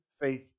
faith